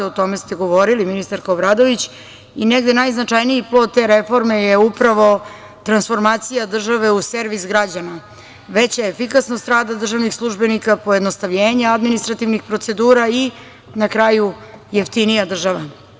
O tome ste govorili, ministarka Obradović, i negde najznačajniji plod te reforme je upravo transformacija države u servis građana, veća efikasnost rada državnih službenika, pojednostavljenje administrativnih procedura i na kraju jeftinija država.